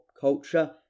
culture